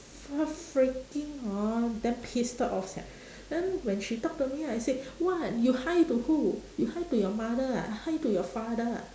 ya freaking hor damn pissed off sia then when she talk to me I say what you hi to who you hi to your mother ah hi to your father ah